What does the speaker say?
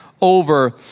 over